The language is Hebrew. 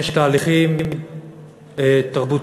יש תהליכים תרבותיים,